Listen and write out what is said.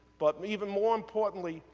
but, even more importantly,